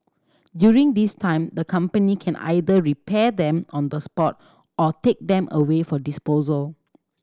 during this time the company can either repair them on the spot or take them away for disposal